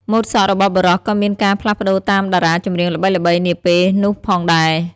ម៉ូដសក់របស់បុរសក៏មានការផ្លាស់ប្ដូរតាមតារាចម្រៀងល្បីៗនាពេលនោះផងដែរ។